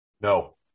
No